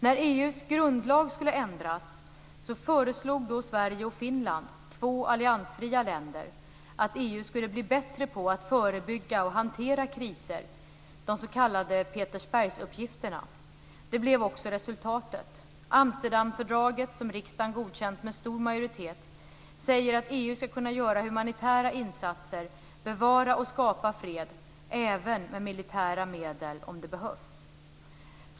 När EU:s grundlag skulle ändras föreslog Sverige och Finland, två alliansfria länder, att EU skulle bli bättre på att förebygga och hantera kriser - de s.k. Petersbergsuppgifterna. Det blev också resultatet. Amsterdamfördraget, som riksdagen godkänt med stor majoritet, säger att EU skall kunna göra humanitära insatser och bevara och skapa fred även med militära medel, om det behövs.